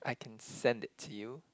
I can send it to you